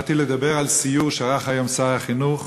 באתי לדבר על סיור שערך היום שר החינוך,